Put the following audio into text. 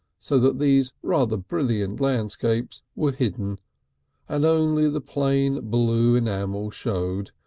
so that these rather brilliant landscapes were hidden and only the plain blue enamel showed,